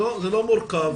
זה לא מורכב,